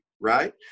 right